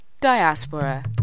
diaspora